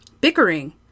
bickering